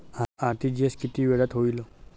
RTGS किती वेळात होईल?